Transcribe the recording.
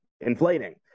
inflating